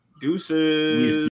Deuces